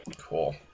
Cool